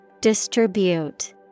Distribute